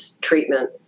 treatment